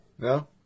No